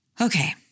Okay